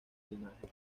linaje